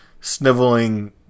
sniveling